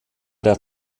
der